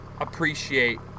Appreciate